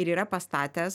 ir yra pastatęs